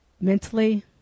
mentally